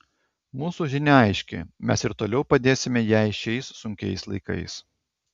mūsų žinia aiški mes ir toliau padėsime jai šiais sunkiais laikais